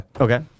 Okay